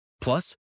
Plus